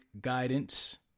guidance